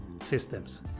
systems